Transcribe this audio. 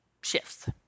shifts